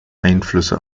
einflüsse